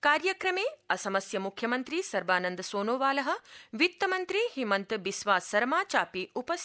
कार्यक्रमे असमस्य मुख्यमन्त्री सर्वानंद सोनोवाल वित्तमन्त्री हिमन्त बिस्वा सरमा चापि उपस्थास्यत